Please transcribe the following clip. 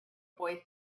boy